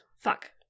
Fuck